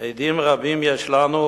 "עדים רבים יש לנו,